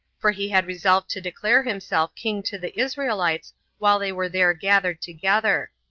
for he had resolved to declare himself king to the israelites while they were there gathered together.